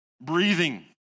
breathing